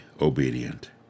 obedient